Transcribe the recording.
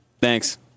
Thanks